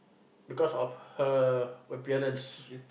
because of her appearance